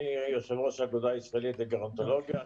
אני יושב-ראש האגודה הישראלית לגרונטולוגיה.